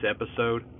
episode